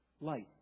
light